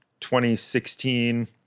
2016